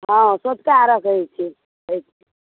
हॅं सँझुका अर्घ्य होइ छै